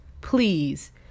please